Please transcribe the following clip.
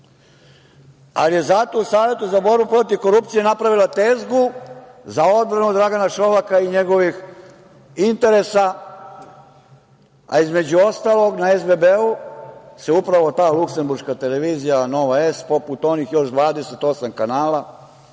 ali je zato u Savetu za borbu protiv korupcije napravila tezgu za odbranu Dragana Šolaka i njegovih interesa, a između ostalog na SBB-u se upravo ta luksemburška televizija "Nova S", poput onih još 28 kanala,